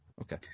okay